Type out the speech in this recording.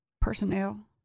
personnel